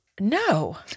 No